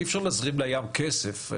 אי-אפשר להזרים כסף לים.